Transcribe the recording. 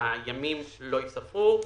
שהימים לא ייספרו.